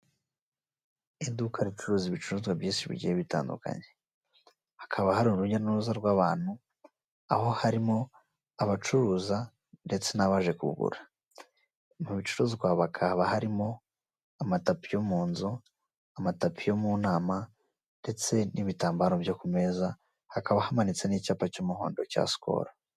Iduka ricuruza ibicuruzwa byinshi bigiye bitandukanye hakaba hari urujya n'uruza rw'abantu aho harimo abacuruza ndetse n'abaje kugura mu bicuruzwa hakaba harimo amatapi yo mu nzu amatapi yo mu nama ndetse n'ibitambaro byo ku meza hakaba hamanitse n'icyapa cy'umuhondo cya sikolo.